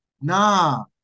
nah